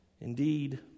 Indeed